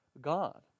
God